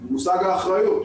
מושג האחריות,